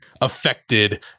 affected